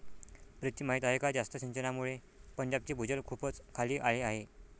प्रीती माहीत आहे का जास्त सिंचनामुळे पंजाबचे भूजल खूपच खाली आले आहे